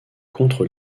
contre